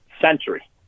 century